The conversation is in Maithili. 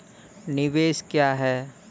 निवेश क्या है?